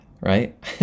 right